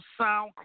SoundCloud